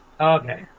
Okay